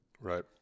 Right